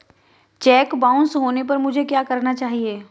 Check bounce होने पर मुझे क्या करना चाहिए?